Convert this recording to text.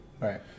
Right